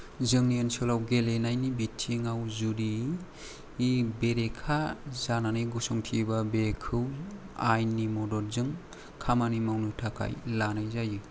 जोंनि ओनसोलाव गेलेनायनि बिथिंआव जुदि बेरेखा जानानै गसंथेयोबा बेखौ आयेननि मददजों खामानि मावनो थाखाय लानाय जायो